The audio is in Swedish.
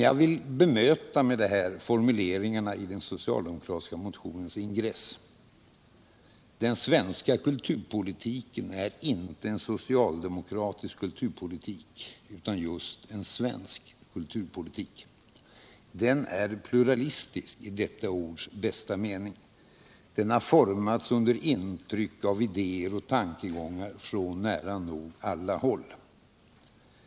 Jag vill blott bemöta formuleringarna i den socialdemokratiska motionens ingress. Den svenska kulturpolitiken är inte en socialdemokratisk kulturpolitik — utan just en svensk kulturpolitik. Den är pluralistisk i detta ords bästa mening. Den har formats under intryck av idéer och tankegångar från nära nog alla håll.